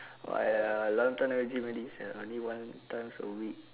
why uh long time never gym already sia only one time a week